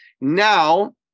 now